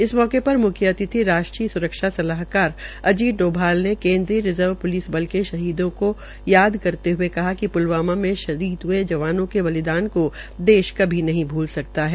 इस मौके पर म्ख्य अतिथि राष्ट्रीय स्रक्षा सलाहकार अजीत डोवाल ने केन्द्रीय रिज़व प्लिस बल के शहीदों को याद करते हये कहा कि प्लवामा में शहीद हये जवानों को देश कभी नहीं भ्ला सकता है